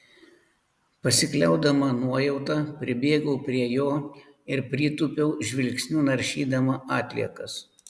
pasikliaudama nuojauta pribėgau prie jo ir pritūpiau žvilgsniu naršydama atliekas